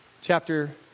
chapter